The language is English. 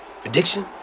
Prediction